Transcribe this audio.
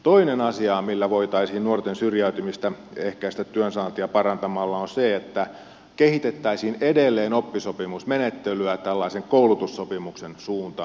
toinen asia millä voitaisiin nuorten syrjäytymistä ehkäistä työnsaantia parantamalla on se että kehitettäisiin edelleen oppisopimusmenettelyä tällaisen koulutussopimuksen suuntaan